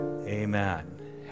Amen